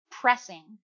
pressing